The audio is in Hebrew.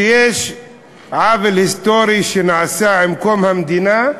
שיש עוול היסטורי, שנעשה עם קום המדינה,